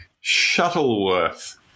Shuttleworth